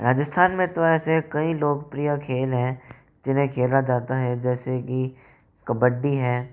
राजस्थान में तो ऐसे कई लोकप्रिय खेल हैं जिन्हें खेला जाता है जैसे की कबड्डी है